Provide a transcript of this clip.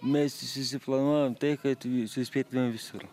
mes susiplanuojam tai kad vi suspėtumėm visur